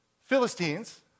Philistines